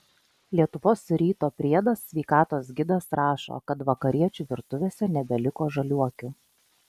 lietuvos ryto priedas sveikatos gidas rašo kad vakariečių virtuvėse nebeliko žaliuokių